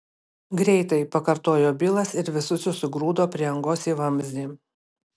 greitai pakartojo bilas ir visi susigrūdo prie angos į vamzdį